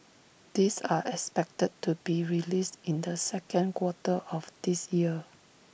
these are expected to be released in the second quarter of this year